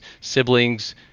siblings